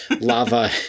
lava